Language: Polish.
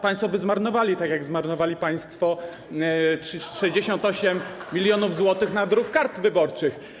Państwo by zmarnowali, tak jak zmarnowali państwo 68 mln zł na druk kart wyborczych.